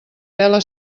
pela